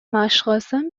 مشقاسم